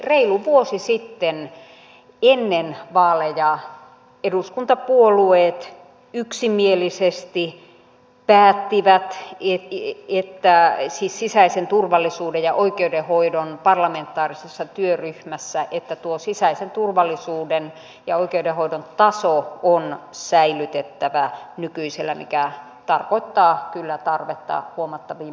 reilu vuosi sitten ennen vaaleja eduskuntapuolueet yksimielisesti päättivät sisäisen turvallisuuden ja oikeudenhoidon parlamentaarisessa työryhmässä että tuo sisäisen turvallisuuden ja oikeudenhoidon taso on säilytettävä nykyisellään mikä tarkoittaa kyllä tarvetta huomattaviin määrärahakorotuksiin